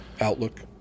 Outlook